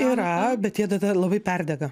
yra bet jie tada labai perdega